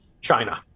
china